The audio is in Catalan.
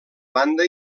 banda